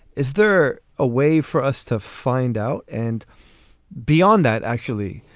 is there a way for us to find out and beyond that, actually.